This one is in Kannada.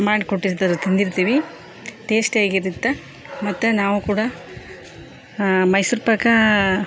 ಮಾಡಿ ಕೊಟ್ಟಿರ್ತಾರೆ ತಿಂದಿರ್ತೀವಿ ಟೇಸ್ಟ್ ಹೇಗಿರುತ್ತೆ ಮತ್ತು ನಾವು ಕೂಡ ಮೈಸೂರು ಪಾಕ